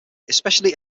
especially